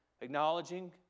acknowledging